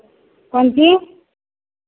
कोन चीज